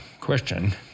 question